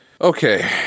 okay